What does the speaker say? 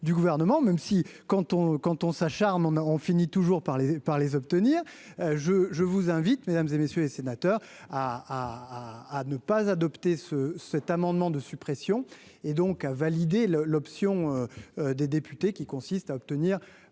du gouvernement même si quand on, quand on s'acharne, on a, on finit toujours par les par les obtenir, je, je vous invite mesdames et messieurs les sénateurs à à ne pas adopter ce cet amendement de suppression et donc à valider le l'option des députés qui consiste à obtenir,